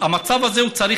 דרך אגב, החוק הוא גם עבודה